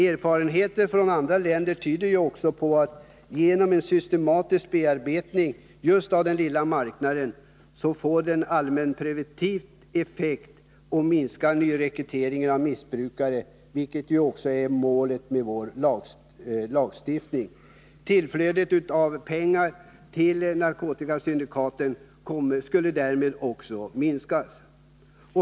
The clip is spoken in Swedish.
Erfarenheten från andra länder tyder på att en systematisk bearbetning just av den lilla marknaden ger en allmänpreventiv effekt och minskar nyrekryteringen av missbrukare, vilket ju också är målet för vår lagstiftning. Tillflödet av pengar till narkotikasyndikaten skulle därmed minska.